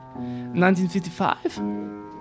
1955